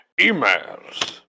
Emails